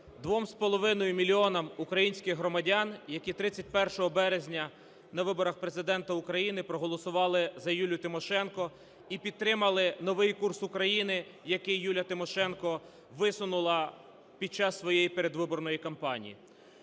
вдячність 2,5 мільйонам українських громадян, які 31 березня на виборах Президента України проголосували за Юлію Тимошенко і підтримали Новий курс України, який Юлія Тимошенко висунула під час своєї передвиборної кампанії.